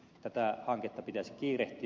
tätä hanketta pitäisi kiirehtiä